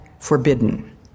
forbidden